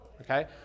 Okay